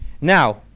Now